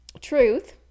truth